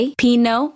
pino